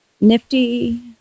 nifty